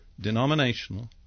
denominational